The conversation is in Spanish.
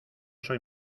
soy